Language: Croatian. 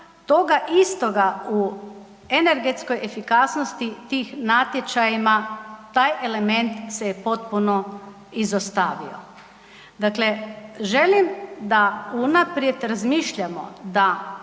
toga istoga u energetskoj efikasnosti tih natječajima, taj element se je potpuno izostavio. Dakle, želim da unaprijed razmišljamo da